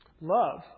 Love